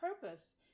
purpose